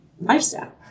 lifestyle